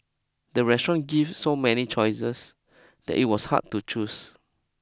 the restaurant give so many choices that it was hard to choose